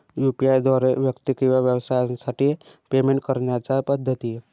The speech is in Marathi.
यू.पी.आय द्वारे व्यक्ती किंवा व्यवसायांसाठी पेमेंट करण्याच्या पद्धती